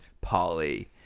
Polly